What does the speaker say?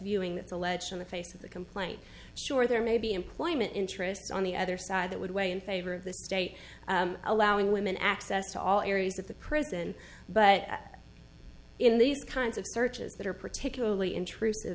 viewing the ledge on the face of the complaint sure there may be employment interests on the other side that would weigh in favor of the state allowing women access to all areas of the prison but in these kinds of searches that are particularly intrusive